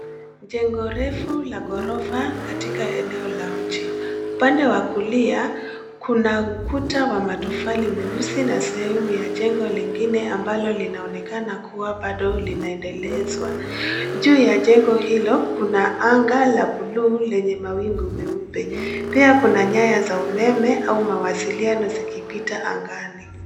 Jengo refu la gorofa katika eneo la mji pande wa kulia kuna ukuta wa matofali meusi na sehemu ya jengo lingine ambalo linaonekana kuwa bado lianendelezwa. Juu ya jengo hilo kuna anga la bluu lenye mawingu meupe pia kuna nyanya za umeme au mawasiliano zikipita angani.